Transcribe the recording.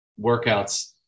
workouts